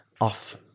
off